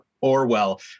Orwell